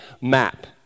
map